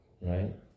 right